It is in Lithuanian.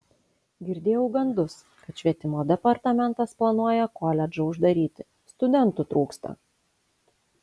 girdėjau gandus kad švietimo departamentas planuoja koledžą uždaryti studentų trūksta